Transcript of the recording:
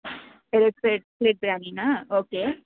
ಎರಡು plate plate ಬಿರ್ಯಾನಿನಾ okay